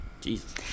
Jesus